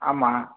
ஆமாம்